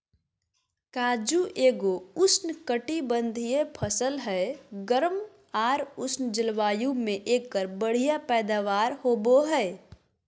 काजू एगो उष्णकटिबंधीय फसल हय, गर्म आर उष्ण जलवायु मे एकर बढ़िया पैदावार होबो हय